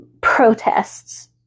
protests